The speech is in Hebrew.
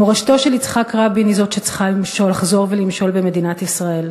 מורשתו של יצחק רבין היא זאת שצריכה לחזור ולמשול במדינת ישראל.